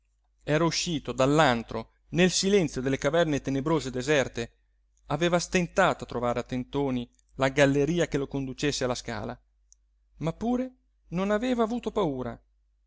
era uscito dall'antro nel silenzio delle caverne tenebrose e deserte aveva stentato a trovare a tentoni la galleria che lo conducesse alla scala ma pure non aveva avuto paura